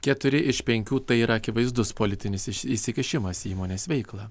keturi iš penkių tai yra akivaizdus politinis įsikišimas į įmonės veiklą